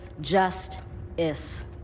just-is